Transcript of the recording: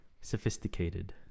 sophisticated